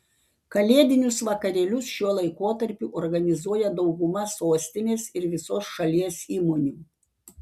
kalėdinius vakarėlius šiuo laikotarpiu organizuoja dauguma sostinės ir visos šalies įmonių